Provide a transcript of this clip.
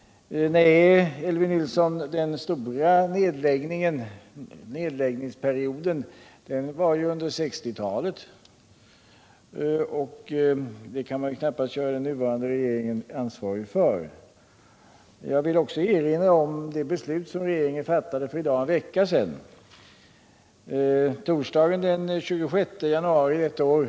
Nej, Elvy Nilsson, den stora nedläggningsperioden var 1960-talet, och den kan man knappast göra den nuvarande regeringen ansvarig för. Jag vill också erinra om det beslut som regeringen fattade för i dag en vecka sedan, torsdagen den 26 januari detta år.